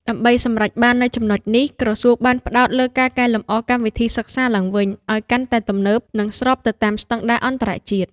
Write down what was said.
ដើម្បីសម្រេចបាននូវចំណុចនេះ ក្រសួងបានផ្តោតលើការកែលម្អកម្មវិធីសិក្សាឡើងវិញឱ្យកាន់តែទំនើប និងស្របទៅតាមស្តង់ដារអន្តរជាតិ។